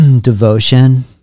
devotion